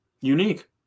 unique